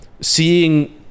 seeing